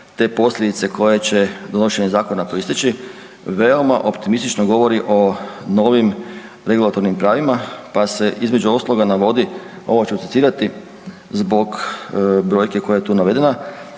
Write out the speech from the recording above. te posljedice koje će donošenjem zakona proisteći veoma optimistično govori o novim regulatornim pravima, pa se između ostaloga navodi, ovo ću citirati zbog brojke koja je tu navedena.